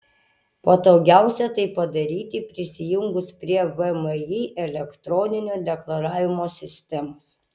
patogiausia tai padaryti prisijungus prie vmi elektroninio deklaravimo sistemos